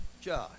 Josh